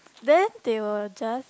then they will just